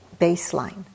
baseline